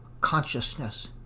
consciousness